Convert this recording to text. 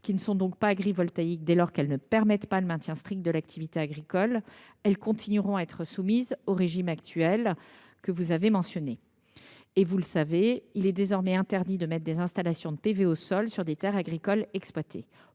qui ne sont pas agrivoltaïques dès lors qu’elles ne permettent pas le maintien strict de l’activité agricole, continueront à être soumises au régime actuel. Vous le savez, il est désormais interdit de mettre des installations photovoltaïques au sol sur des terres agricoles exploitées.